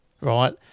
right